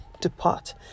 depart